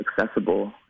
accessible